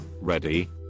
ready